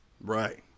right